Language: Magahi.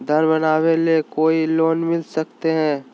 घर बनावे ले कोई लोनमिल सकले है?